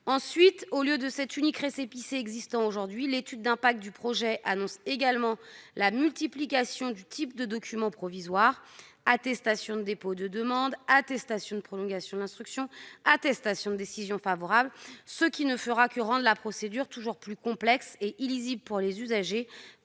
Ensuite, au lieu de l'unique récépissé existant aujourd'hui, l'étude d'impact du projet annonce également la multiplication des types de documents provisoires- « attestation de dépôt de demande »,« attestation de prolongation de l'instruction »,« attestation de décision favorable »-, ce qui ne fera que rendre la procédure toujours plus complexe et illisible pour les usagers